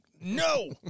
no